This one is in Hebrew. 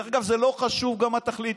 דרך אגב, זה לא חשוב גם מה תחליטו.